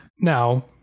Now